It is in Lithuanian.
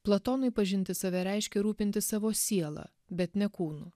platonui pažinti save reiškia rūpintis savo sielą bet ne kūnu